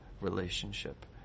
relationship